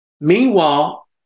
Meanwhile